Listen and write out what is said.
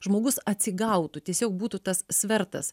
žmogus atsigautų tiesiog būtų tas svertas